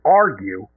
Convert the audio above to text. argue